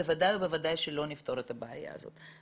בוודאי ובוודאי שלא נפתור את הבעיה הזאת.